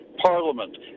Parliament